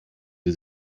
sie